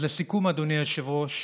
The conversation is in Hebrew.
אז לסיכום, אדוני היושב-ראש,